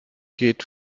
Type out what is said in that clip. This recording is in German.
geht